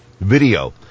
Video